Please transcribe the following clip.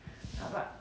ya ya ya ya